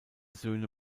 söhne